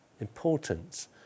Importance